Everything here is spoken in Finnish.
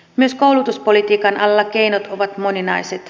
myös koulutuspolitiikan alalla keinot ovat moninaiset